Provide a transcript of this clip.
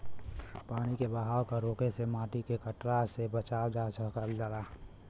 पानी के बहाव क रोके से माटी के कटला से बचावल जा सकल जाला